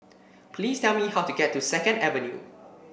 please tell me how to get to Second Avenue